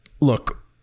look